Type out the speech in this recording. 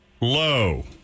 low